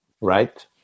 right